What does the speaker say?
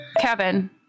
Kevin